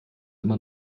immer